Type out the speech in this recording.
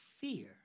fear